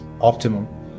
optimum